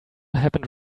happened